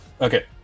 Okay